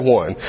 one